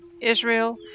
Israel